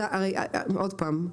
עוד פעם,